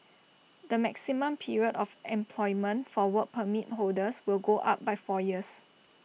the maximum period of employment for Work Permit holders will go up by four years